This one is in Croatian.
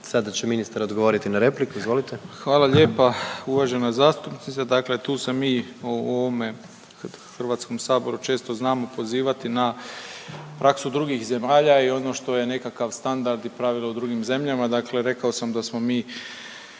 Sada će ministar odgovoriti na repliku, izvolite. **Malenica, Ivan (HDZ)** Hvala lijepa uvažena zastupnice, dakle tu se mi u ovome HS često znamo pozivati na praksu drugih zemalja i ono što je nekakav standard i pravilo u drugim zemljama, dakle rekao sam da smo mi